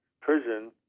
prison